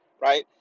right